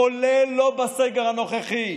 גם לא בסגר הנוכחי.